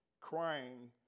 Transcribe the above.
crying